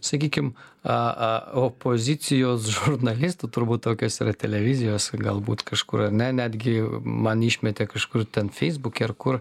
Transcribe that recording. sakykim a a opozicijos žurnalistų turbūt tokios yra televizijos galbūt kažkur ar ne netgi man išmetė kažkur ten feisbuke ar kur